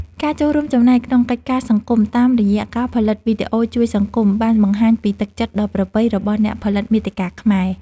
ការចូលរួមចំណែកក្នុងកិច្ចការសង្គមតាមរយៈការផលិតវីដេអូជួយសង្គម បានបង្ហាញពីទឹកចិត្តដ៏ប្រពៃរបស់អ្នកផលិតមាតិកាខ្មែរ។